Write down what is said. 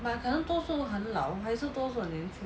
but 可能多数都很老还是多数很年轻